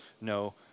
no